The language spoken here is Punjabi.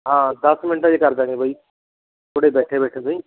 ਹਾਂ ਦਸ ਮਿੰਟਾਂ 'ਚ ਕਰ ਦੇਵਾਂਗੇ ਬਾਈ ਤੁਹਾਡੇ ਬੈਠੇ ਬੈਠੇ ਤੋਂ ਹੀ